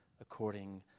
according